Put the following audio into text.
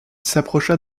s’approcha